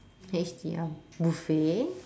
tasty uh buffet